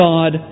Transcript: God